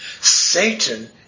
Satan